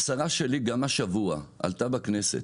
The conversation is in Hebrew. השרה שלי גם השבוע עלתה בכנסת,